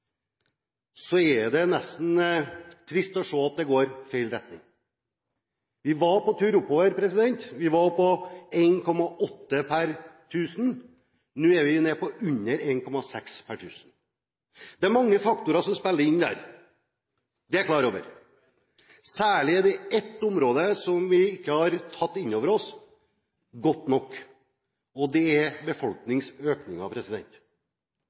er det nesten trist å se at det går i feil retning. Vi var på vei oppover, vi var på 1,8 per 1 000, nå er vi nede på under 1,6 per 1 000. Det er mange faktorer som spiller inn der, det er jeg klar over. Særlig er det et område som vi ikke har tatt inn over oss godt nok, og det er